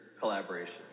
collaboration